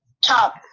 top